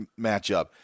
matchup